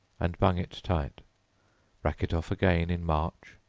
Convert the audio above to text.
and bung it tight rack it off again in march,